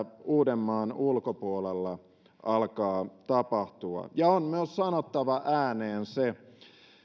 uudenmaan ulkopuolella alkaa tapahtua on myös sanottava ääneen se